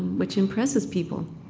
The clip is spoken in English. which impresses people